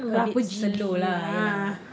a bit slow lah ya